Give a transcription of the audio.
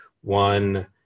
one